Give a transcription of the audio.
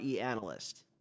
Analyst